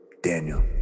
Daniel